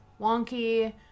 wonky